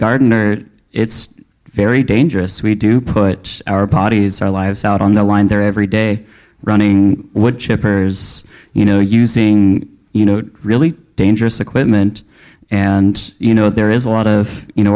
gardener it's very dangerous we do put our parties our lives out on the line there every day running wood chippers you know using you know really dangerous equipment and you know there is a lot of you know